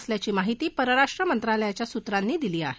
असल्याची माहिती परराष्ट्र मंत्रालयाच्या सूत्रांनी दिली आहे